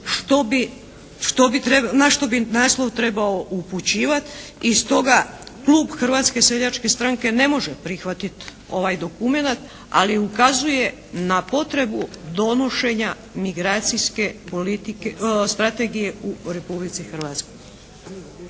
na što bi naslov trebao upućivati i stoga klub Hrvatske seljačke stranke ne može prihvatiti ovaj dokumenat, ali ukazuje na potrebu donošenja migracijske strategije u Republici Hrvatskoj.